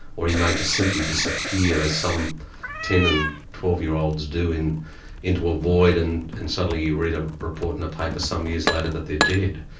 or he may just simply disappear as some ten and twelve year olds do into a void, and and suddenly you read a report in the paper some years later that they're dead.